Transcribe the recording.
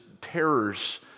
terrors